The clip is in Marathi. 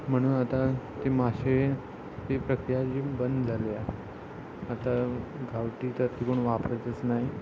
म्हणून आता ते मासे ती प्रक्रिया जी बंद झाली आता गावठी तर ती कोण वापरतच नाही